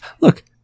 look